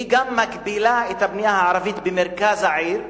היא גם מגבילה את הבנייה הערבית במרכז העיר,